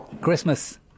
Christmas